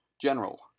General